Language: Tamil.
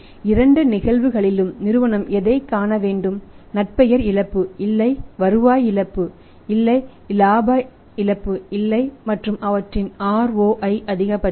இரண்டு நிகழ்வுகளிலும் நிறுவனம் எதைக் காண வேண்டும் நற்பெயர் இழப்பு இல்லை வருவாய் இழப்பு இல்லை லாப இழப்பு இல்லை மற்றும் அவற்றின் ROI அதிகபட்சம்